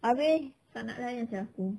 abeh tak nak layan sia aku